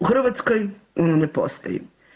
U Hrvatskoj ona ne postoji.